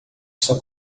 está